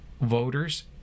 voters